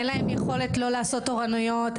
אין להן יכולת לא לעשות תורנויות,